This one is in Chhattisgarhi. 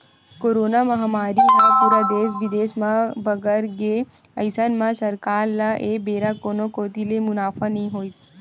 करोना महामारी ह पूरा देस बिदेस म बगर गे अइसन म सरकार ल ए बेरा कोनो कोती ले मुनाफा नइ होइस